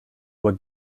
were